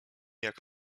jak